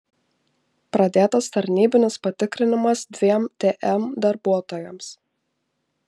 pradėtas tarnybinis patikrinimas dviem tm darbuotojams